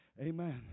Amen